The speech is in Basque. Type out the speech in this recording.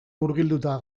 murgilduta